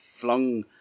flung